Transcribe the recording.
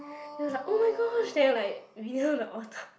they were like oh-my-gosh they were like the otter